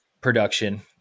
production